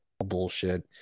bullshit